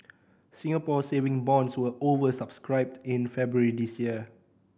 Singapore Saving Bonds were over subscribed in February this year